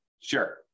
Sure